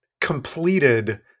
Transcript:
completed